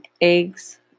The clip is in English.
eggs